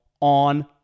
on